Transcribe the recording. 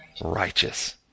righteous